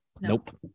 nope